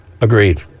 Agreed